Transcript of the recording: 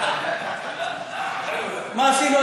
מה שאנחנו